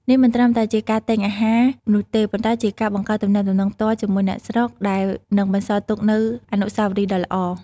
នេះមិនត្រឹមតែជាការទិញអាហារនោះទេ ប៉ុន្តែជាការបង្កើតទំនាក់ទំនងផ្ទាល់ជាមួយអ្នកស្រុក ដែលនឹងបន្សល់ទុកនូវអនុស្សាវរីយ៍ដ៏ល្អ។